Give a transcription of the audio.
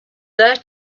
there